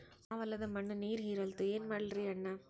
ಆ ಹೊಲದ ಮಣ್ಣ ನೀರ್ ಹೀರಲ್ತು, ಏನ ಮಾಡಲಿರಿ ಅಣ್ಣಾ?